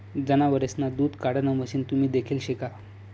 जनावरेसना दूध काढाण मशीन तुम्ही देखेल शे का?